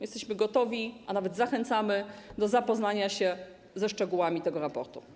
Jesteśmy gotowi, a nawet zachęcamy do zapoznania się ze szczegółami tego raportu.